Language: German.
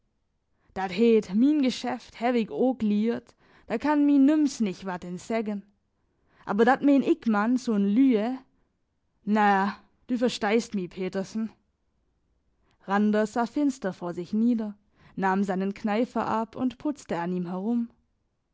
heet min geschäft häw ik ook liert da kann mi nüms nich watt in seggen aber dat meen ik man so n lüe na ja du versteihst mi petersen randers sah finster vor sich nieder nahm seinen kneifer ab und putzte an ihm herum